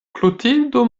klotildo